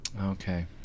Okay